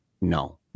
no